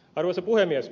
arvoisa puhemies